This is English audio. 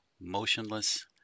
motionless